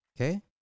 Okay